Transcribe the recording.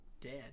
dead